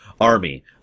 army